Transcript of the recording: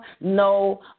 no